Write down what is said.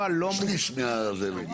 משליש מזה.